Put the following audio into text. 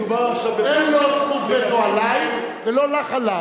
אין לו זכות וטו עלייך, ולא לך עליו.